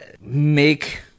make